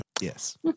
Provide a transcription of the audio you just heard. Yes